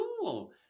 cool